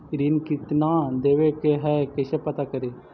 ऋण कितना देवे के है कैसे पता करी?